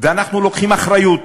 ואנחנו לוקחים אחריות